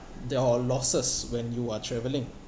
your losses when you are travelling